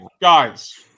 guys